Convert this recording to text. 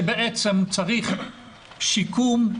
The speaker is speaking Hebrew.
שצריך שיקום,